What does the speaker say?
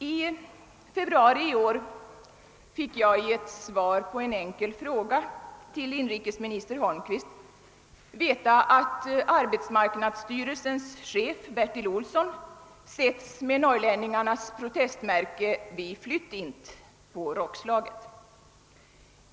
I februari i år fick jag i samband med ett svar på en enkel fråga till inrikesminister Holmqvist veta att arbetsmarknadsstyrelsens chef Bertil Olsson setts med norrlänningarnas protestmärke »Vi flytt int» på rockslaget.